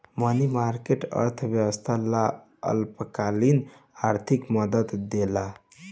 मनी market, अर्थव्यवस्था ला अल्पकालिक आर्थिक मदद देला